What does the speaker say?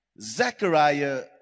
Zechariah